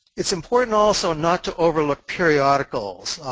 it's important also not to overlook periodicals.